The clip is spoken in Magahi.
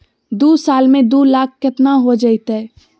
दू साल में दू लाख केतना हो जयते?